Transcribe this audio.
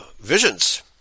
visions